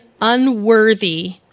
unworthy